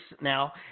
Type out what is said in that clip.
now